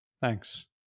thanks